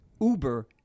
Uber